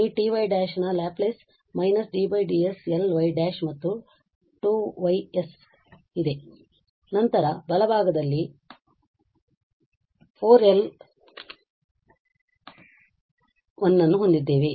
ಆದ್ದರಿಂದ ಈ ty′ ನ Laplace − d ds Ly′ ಮತ್ತು −2Y ಇದೆ ಮತ್ತು ನಂತರ ಬಲಭಾಗದಲ್ಲಿ 4L1 ಅನ್ನು ಹೊಂದಿದ್ದೇವೆ